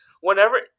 Whenever